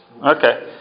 Okay